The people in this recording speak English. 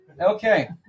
okay